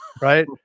Right